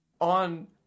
on